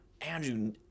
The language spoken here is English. Andrew